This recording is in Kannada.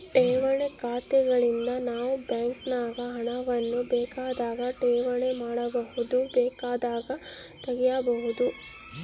ಠೇವಣಿ ಖಾತೆಗಳಿಂದ ನಾವು ಬ್ಯಾಂಕಿನಾಗ ಹಣವನ್ನು ಬೇಕಾದಾಗ ಠೇವಣಿ ಮಾಡಬಹುದು, ಬೇಕೆಂದಾಗ ತೆಗೆಯಬಹುದು